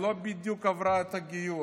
היא לא עברה בדיוק גיור,